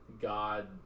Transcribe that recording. God